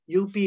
UP